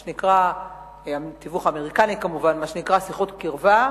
מה שנקרא תיווך אמריקני כמובן, שיחות קרבה,